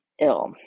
ill